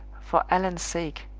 for allan's sake!